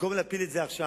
במקום להפיל את זה עכשיו,